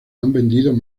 vendido